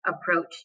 approach